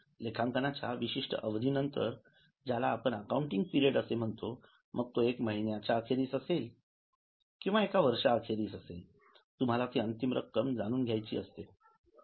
लेखांकनाच्या विशिष्ठ आवधीनंतर ज्याला आपण अकाउंटिंग पिरियड म्हणतो मग तो एक महिन्याच्या अखेरीस असेल किंवा एक वर्षाअखेरीस तुम्हाला ती अंतिम रक्कम जाणून घ्यायची असते